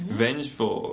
vengeful